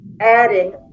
adding